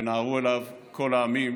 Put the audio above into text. וינהרו אליו כל העמים,